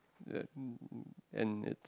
that and it